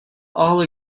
all